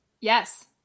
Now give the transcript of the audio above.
Yes